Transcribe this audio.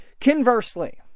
Conversely